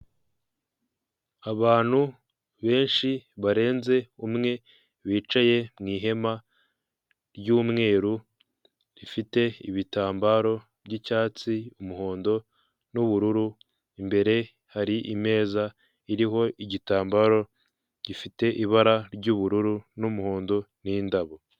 Abantu benshi barenze umwe bicaye mu ihema ry'umweru rifite ibitambaro by'icyatsi, umuhondo nubururu imbere hari imeza iriho igitambaro gifite ibara ry'ubururu n'umuhondo n'indabo.